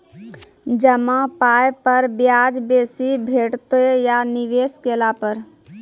जमा पाय पर ब्याज बेसी भेटतै या निवेश केला पर?